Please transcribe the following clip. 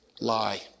lie